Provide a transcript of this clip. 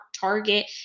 Target